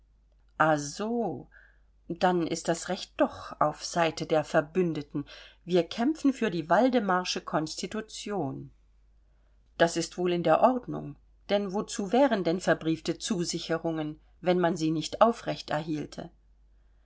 so dann ist das recht doch auf seite der verbündeten wir kämpfen für die waldemarsche konstitution das ist wohl in der ordnung denn wozu wären denn verbriefte zusicherungen wenn man sie nicht aufrecht erhielte